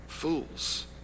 fools